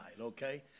okay